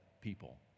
people